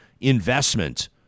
investment